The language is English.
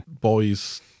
boys